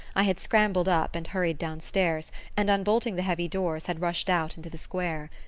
i had scrambled up and hurried downstairs and, unbolting the heavy doors, had rushed out into the square.